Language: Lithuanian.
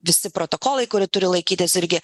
visi protokolai kurių turi laikytis irgi